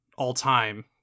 all-time